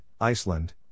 Iceland